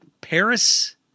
Paris